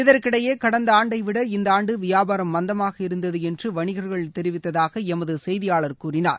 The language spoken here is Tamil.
இதற்கிடையே கடந்த ஆண்டை விட இந்த ஆண்டு வியாபாரம் மந்தமாக இருந்தது என்று வணிகர்கள் தெரிவித்ததாக எமது செய்தியாளர் கூறுகிறார்